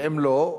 ואם לא,